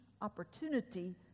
opportunity